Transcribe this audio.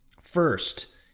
First